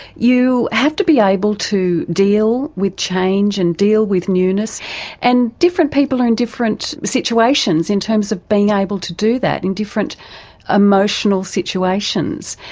you have to be able to deal with change and deal with newness and different people in different situations in terms of being able to do that in different emotional situations.